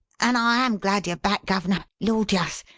and i am glad yer back, guv'ner lawd, yuss!